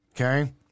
okay